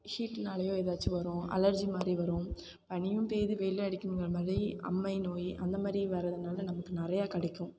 ஹீட்டுனாலேயோ எதாச்சும் வரும் அலர்ஜி மாதிரி வரும் பனியும் பெயிது வெயிலும் அடிக்கும்ங்குறமாதிரி அம்மை நோய் அந்தமாதிரி வரதுனால் நமக்கு நிறையா கிடைக்கும்